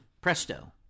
presto